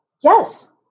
yes